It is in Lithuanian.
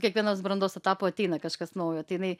kiekvienos brandos etapu ateina kažkas naujo tai jinai